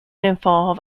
involve